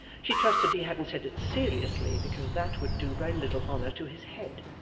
she trusted he hadn't said it seriously, because that would do very little honour to his head.